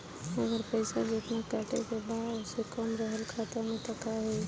अगर पैसा जेतना कटे के बा ओसे कम रहल खाता मे त का होई?